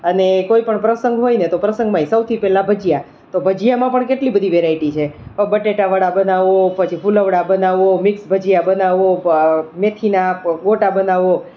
અને કોઈ પણ પ્રસંગ હોયને તો પ્રસંગમાંય સૌથી પહેલા ભજીયા તો ભજીયામાં પણ કેટલી બધી વેરાયટી છે પણ બટાકા વડા બનાવો પછી ફૂલવડા બનાવો પછી મિક્સ ભજીયા બનાવો મેથીના ગોટા બનાવો